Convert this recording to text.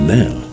now